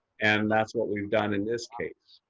and that's what we've done in this case.